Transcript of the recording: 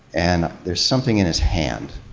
and there's something in his hand.